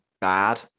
bad